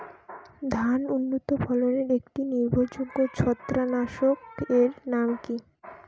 ধান উন্নত ফলনে একটি নির্ভরযোগ্য ছত্রাকনাশক এর নাম কি?